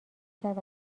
کرد